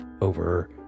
over